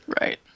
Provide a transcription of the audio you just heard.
Right